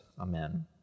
amen